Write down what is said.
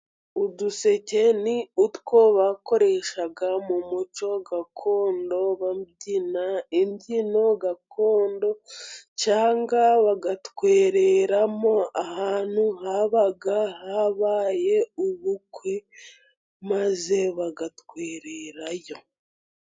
Uduseke ni utwo bakoreshaga mu muco gakondo, babyina imbyino gakondo, cyangwa bagatwereramo ahantu haba habaye ubukwe, maze bagatwererayo.